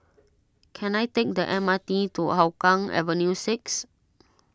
can I take the M R T to Hougang Avenue six